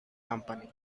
company